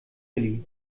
willi